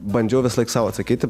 bandžiau visąlaik sau atsakyti